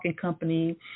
company